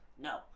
no